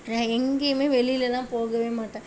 நான் எங்கேயுமே வெளியிலலாம் போகவே மாட்டேன்